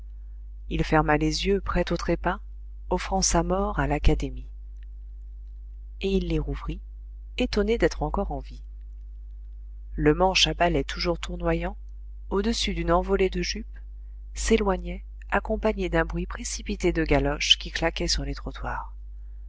il ferma les yeux prêt au trépas offrant sa mort à l'académie et il les rouvrit étonné d'être encore en vie le manche à balai toujours tournoyant au-dessus d'une envolée de jupes s'éloignait accompagné d'un bruit précipité de galoches qui claquaient sur les trottoirs